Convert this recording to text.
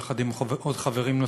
יחד עם עוד חברים,